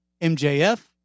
MJF